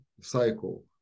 cycle